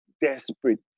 desperate